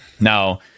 Now